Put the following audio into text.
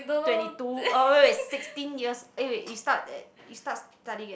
twenty two oh wait wait sixteen years eh wait you start you start studying at